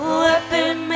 weapon